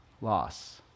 loss